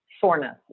soreness